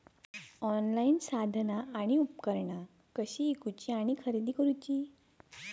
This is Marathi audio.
ऑनलाईन साधना आणि उपकरणा कशी ईकूची आणि खरेदी करुची?